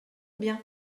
bien